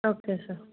okay sir